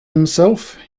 himself